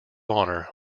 honor